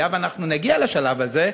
היה ונגיע לשלב הזה,